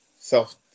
self